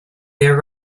there